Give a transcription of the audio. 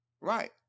Right